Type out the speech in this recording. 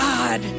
God